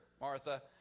Martha